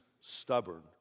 stubborn